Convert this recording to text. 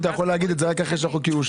אם אתה יכול להגיד את זה רק אחרי שהחוק יאושר;